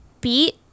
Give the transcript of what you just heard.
beat